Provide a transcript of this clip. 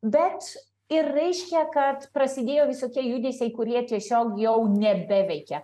bet ir reiškia kad prasidėjo visokie judesiai kurie tiesiog jau nebeveikia